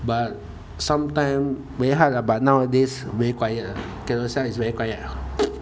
but sometime very hard ah but nowadays very quiet ah Carousell is very quiet ah